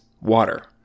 water